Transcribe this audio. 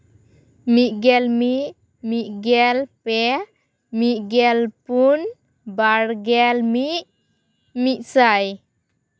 ᱢᱤᱫᱜᱮᱞ ᱢᱤᱫ ᱢᱤᱫ ᱜᱮᱞᱯᱮ ᱢᱤᱫ ᱜᱮᱞᱯᱩᱱ ᱵᱟᱨᱜᱮᱞ ᱢᱤᱫ ᱢᱤᱫᱥᱟᱭ